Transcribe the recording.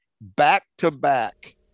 Back-to-back